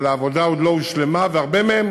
אבל העבודה עוד לא הושלמה והרבה מהם